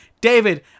David